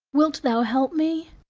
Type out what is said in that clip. wilt thou help me?